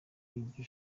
iryo